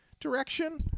direction